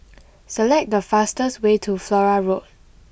select the fastest way to Flora Road